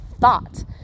thought